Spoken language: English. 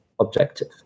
objective